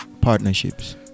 partnerships